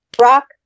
Rock